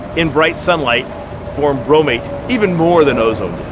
in bright sunlight formed bromate even more than ozone